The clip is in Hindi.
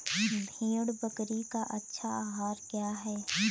भेड़ बकरी का अच्छा आहार क्या है?